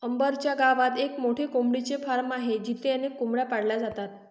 अंबर च्या गावात एक मोठे कोंबडीचे फार्म आहे जिथे अनेक कोंबड्या पाळल्या जातात